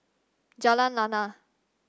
Jalan Lana